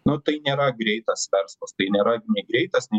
nu tai nėra greitas verslas tai nėra nei greitas nei